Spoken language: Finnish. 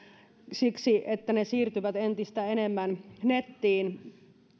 siksi että ne siirtyvät entistä enemmän nettiin